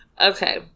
Okay